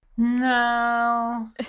No